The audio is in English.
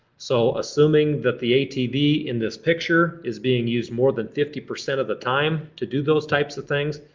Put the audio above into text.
so assuming that the atv in this picture is being used more than fifty percent of the time to do those types of things,